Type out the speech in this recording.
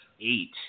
eight